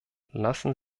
lassen